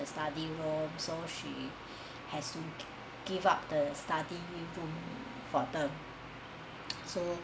the study room so she has give up the study room for them so